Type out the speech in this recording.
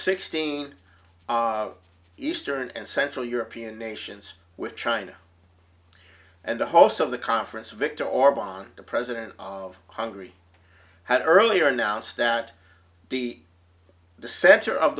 sixteen eastern and central european nations with china and the host of the conference viktor orbn the president of hungary had earlier announced that the center of